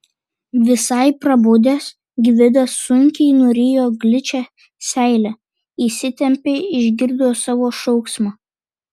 visai prabudęs gvidas sunkiai nurijo gličią seilę įsitempė išgirdo savo šauksmą